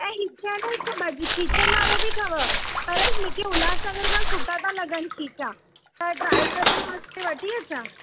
ऐं हिता न हिकु खीचनि वारो बि अथव पर मूंखे उल्हास नगर जो सुठा था लॻनि खीचा त ट्राई कंदड़ वास्ते वठी अचां